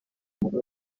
avuga